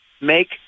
Make